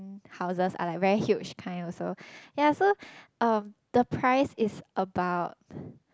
houses are like very huge kind also ya so um the price is about